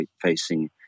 facing